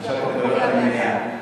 חשבתי על פעולות המניעה.